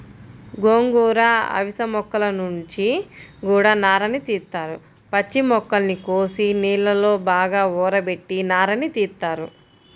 గోంగూర, అవిశ మొక్కల నుంచి గూడా నారని తీత్తారు, పచ్చి మొక్కల్ని కోసి నీళ్ళలో బాగా ఊరబెట్టి నారని తీత్తారు